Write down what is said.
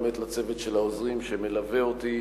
באמת לצוות של העוזרים שמלווה אותי,